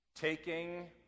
taking